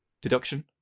Deduction